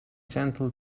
gentle